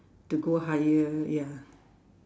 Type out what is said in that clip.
to go higher ya